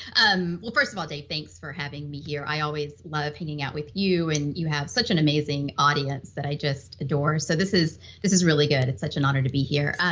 um well first of all, dave, thanks for having me here i always love hanging out with you, and you have such an amazing audience that i just adore, so this is this is really good. it's such an honor to be here.